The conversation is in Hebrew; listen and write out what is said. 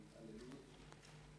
מהתעללות,